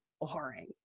boring